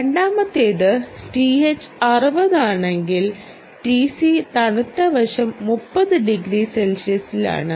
രണ്ടാമത്തേത് Th 60 ആണെങ്കിൽ Tc തണുത്ത വശം 30 ഡിഗ്രി സെൽഷ്യസിലാണ്